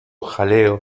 jaleo